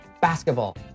basketball